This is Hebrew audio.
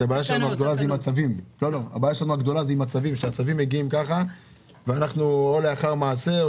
הבעיה היא שמדובר בצו ואז אנחנו פועלים רק לאחר מעשה.